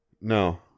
No